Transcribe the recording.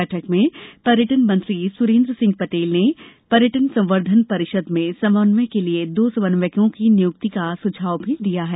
बैठक में पर्यटन मंत्री सुरेन्द्र सिंह बघेल ने पर्यटन संबर्द्वन परिषद में समन्वय के लिए दो समन्वयकों की नियुक्ति का सुझाव भी दिया है